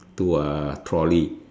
to a trolley